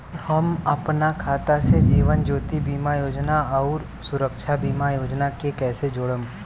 हम अपना खाता से जीवन ज्योति बीमा योजना आउर सुरक्षा बीमा योजना के कैसे जोड़म?